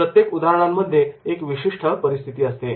प्रत्येक उदाहरणांमध्ये एक विशिष्ट परिस्थिती असते